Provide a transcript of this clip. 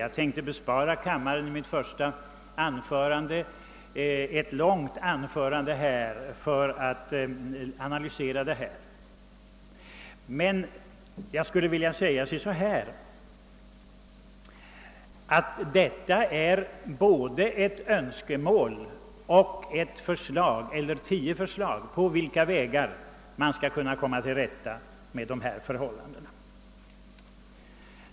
Jag ville inte heller i mitt första anförande besvära kammaren med en längre analys av dessa frågor. Jag vill dock säga att dessa punkter utgör både en sammanställning av önskemål och tio förslag till vägar för att komma till rätta med problemen.